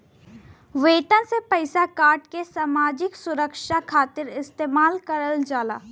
वेतन से पइसा काटके सामाजिक सुरक्षा खातिर इस्तेमाल करल जाला